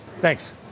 Thanks